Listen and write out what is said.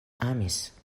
amis